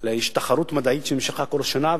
יש תחרות מדעית שנמשכה כל השנה,